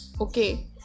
okay